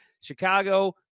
Chicago